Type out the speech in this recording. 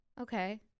Okay